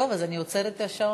טוב, אני עוצרת את השעון.